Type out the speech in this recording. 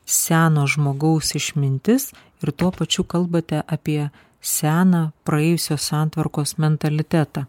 seno žmogaus išmintis ir tuo pačiu kalbate apie seną praėjusios santvarkos mentalitetą